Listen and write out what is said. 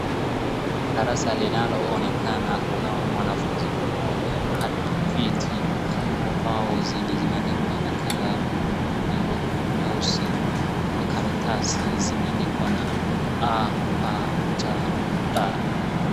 Darasa linaloomekana, kuna mwanafunzi mmoja hafiki ubao zenye zimeandikwa na kalamu nyeusi na makaratasi zimeandikwa a, ba, cha, da.